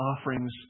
offerings